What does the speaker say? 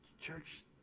Church